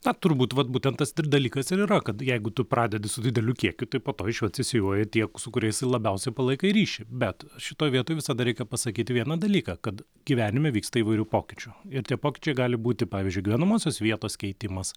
na turbūt vat būtent tas dalykas ir yra kad jeigu tu pradedi su dideliu kiekiu tai po to iš jo atsisijoja tie su kuriais labiausiai palaikai ryšį bet šitoj vietoj visada reikia pasakyt vieną dalyką kad gyvenime vyksta įvairių pokyčių ir tie pokyčiai gali būti pavyzdžiui gyvenamosios vietos keitimas